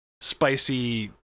spicy